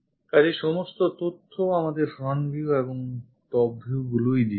কাজেই সমস্ত তথ্য আমাদের front view এবং top view গুলিই দিচ্ছে